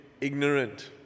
ignorant